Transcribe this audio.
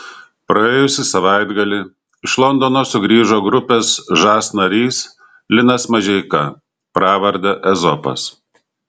praėjusį savaitgalį iš londono sugrįžo grupės žas narys linas mažeika pravarde ezopas